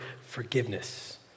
forgiveness